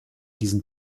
diesen